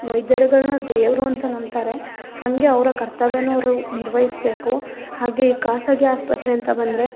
ವೈದ್ಯರುಗಳ್ನ ದೇವರು ಅಂತ ನಂಬ್ತಾರೆ ಹಾಗೆ ಅವರ ಕರ್ತವ್ಯನು ಅವರು ನಿರ್ವಹಿಸ್ಬೇಕು ಹಾಗೆ ಖಾಸಗಿ ಆಸ್ಪತ್ರೆ ಅಂತ ಬಂದರೆ